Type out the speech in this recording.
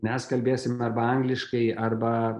mes kalbėsim arba angliškai arba